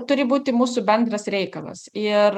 turi būti mūsų bendras reikalas ir